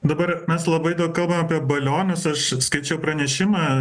dabar mes labai daug kalbam apie balionus aš skaičiau pranešimą